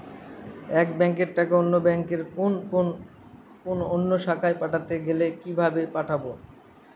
এক ব্যাংকের টাকা অন্য ব্যাংকের কোন অন্য শাখায় পাঠাতে গেলে কিভাবে পাঠাবো?